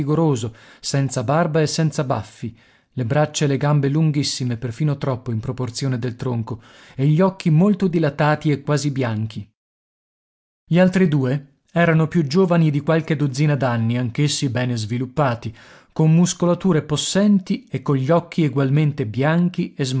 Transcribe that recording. senza barba e senza baffi le braccia e le gambe lunghissime perfino troppo in proporzione del tronco e gli occhi molto dilatati e quasi bianchi gli altri due erano più giovani di qualche dozzina d'anni anch'essi bene sviluppati con muscolature possenti e cogli occhi egualmente bianchi